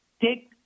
take